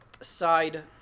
side